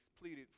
pleaded